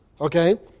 Okay